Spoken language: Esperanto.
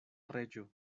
reĝo